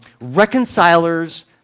reconcilers